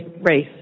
race